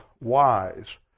wise